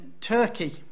Turkey